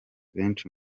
benshi